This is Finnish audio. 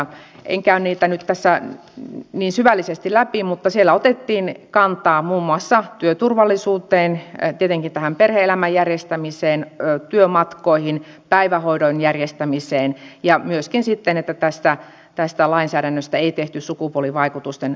en käy niitä nyt tässä niin syvällisesti läpi mutta siellä otettiin kantaa muun muassa työturvallisuuteen tietenkin tähän perhe elämän järjestämiseen työmatkoihin päivähoidon järjestämiseen ja myöskin sitten siihen että tästä lainsäädännöstä ei tehty sukupuolivaikutusten arviointia